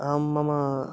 अहं मम